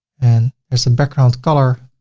and there's a background color,